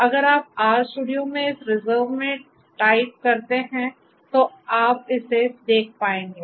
तो अगर आप RStudio में इस रिजर्व में टाइप करते हैं तो आप इसे देख पाएंगे